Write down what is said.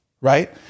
right